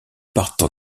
partent